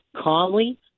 calmly